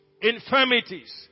infirmities